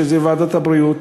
בוועדת הבריאות,